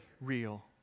real